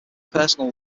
personal